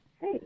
Hey